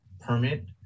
permit